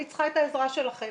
אני צריכה את העזרה שלכם.